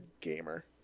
gamer